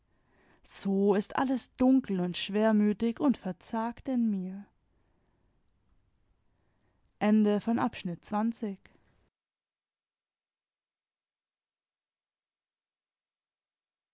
so ist alles dunkel und schwermütig und verzagt in mir